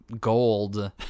gold